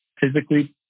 physically